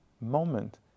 moment